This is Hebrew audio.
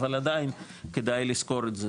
אבל עדיין כדאי לזכור את זה,